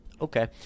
Okay